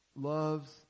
loves